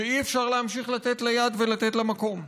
שאי-אפשר להמשיך לתת לה יד ולתת לה מקום.